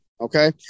okay